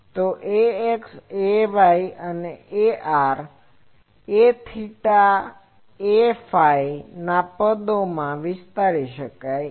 તો ax ને ar aθ aφ ના પદો માં વિસ્તારી શકાય છે